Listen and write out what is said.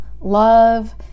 love